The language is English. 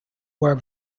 were